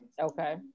okay